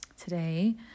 today